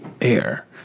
air